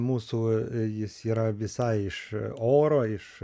mūsų jis yra visai iš oro iš